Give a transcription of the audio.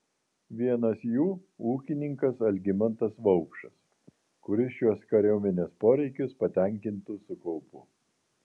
vienas jų ūkininkas algimantas vaupšas kuris šiuos kariuomenės poreikius patenkintų su kaupu